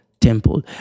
temple